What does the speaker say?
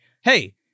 hey